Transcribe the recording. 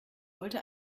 wollte